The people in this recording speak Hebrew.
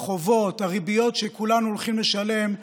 החובות, הריביות שכולנו הולכים לשלם,